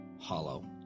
hollow